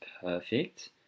perfect